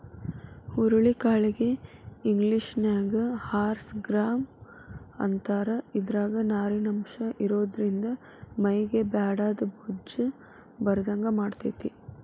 ಹುರುಳಿ ಕಾಳಿಗೆ ಇಂಗ್ಲೇಷನ್ಯಾಗ ಹಾರ್ಸ್ ಗ್ರಾಂ ಅಂತಾರ, ಇದ್ರಾಗ ನಾರಿನಂಶ ಇರೋದ್ರಿಂದ ಮೈಗೆ ಬ್ಯಾಡಾದ ಬೊಜ್ಜ ಬರದಂಗ ಮಾಡ್ತೆತಿ